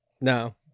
No